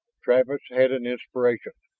travis had an inspiration.